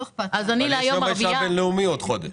יש יום האישה הבינלאומי בעוד חודש.